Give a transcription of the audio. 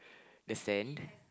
the sand